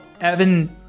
Evan